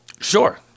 Sure